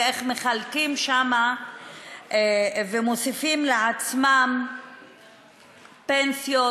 ואיך מחלקים שם ומוסיפים לעצמם פנסיות